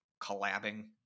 collabing